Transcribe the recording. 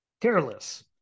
careless